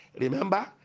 Remember